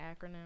acronym